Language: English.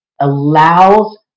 allows